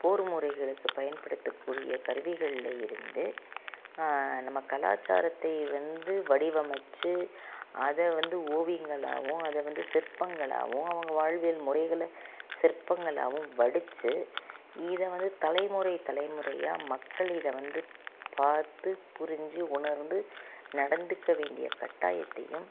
போர் முறைகளுக்கு பயன்படுத்தக்கூடிய கருவிகளில் இருந்து நம்ம கலாச்சாரத்தை வந்து வடிவமைச்சி அத வந்து ஓவியங்களாகவும் அதை வந்து சிற்பங்களாகவும் அவங்க வாழ்வியல் முறைகளை சிற்பங்களாவும் வடிச்சு இதை வந்து தலைமுறை தலைமுறையாக மக்கள் இதை வந்து பார்த்து புரிஞ்சு உணர்ந்து நடந்துக்க வேண்டிய கட்டாயத்தையும்